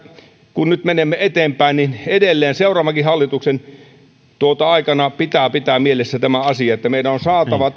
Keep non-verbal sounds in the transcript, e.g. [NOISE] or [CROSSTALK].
kun nyt menemme eteenpäin niin seuraavankin hallituksen aikana pitää pitää mielessä tämä asia että meidän on saatava [UNINTELLIGIBLE]